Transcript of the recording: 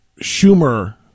Schumer